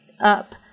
up